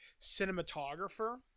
cinematographer